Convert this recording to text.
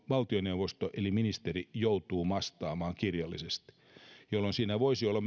valtioneuvosto eli ministeri joutuu vastaamaan kirjallisesti siinä voisi olla